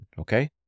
Okay